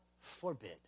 forbid